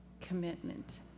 commitment